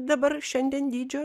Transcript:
dabar šiandien dydžio